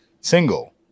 single